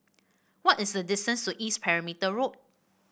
what is the distance to East Perimeter Road